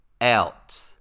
out